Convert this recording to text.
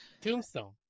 Tombstone